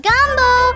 Gumbo